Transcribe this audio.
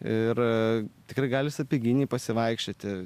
ir tikrai gali sapieginėj pasivaikščioti